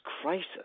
crisis